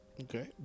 Okay